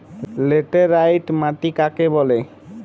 Laterite মাটি কাকে বলে?